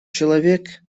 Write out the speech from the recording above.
человек